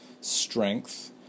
strength